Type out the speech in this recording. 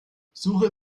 suche